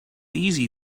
easy